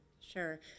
Sure